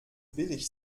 billig